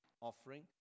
offering